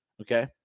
Okay